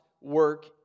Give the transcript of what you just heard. work